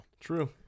True